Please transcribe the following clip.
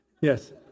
Yes